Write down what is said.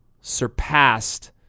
surpassed